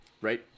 right